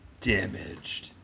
Damaged